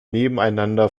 nebeneinander